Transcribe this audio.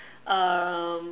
um